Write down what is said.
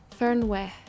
Fernweh